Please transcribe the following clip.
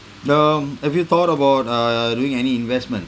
um have you thought about uh doing any investment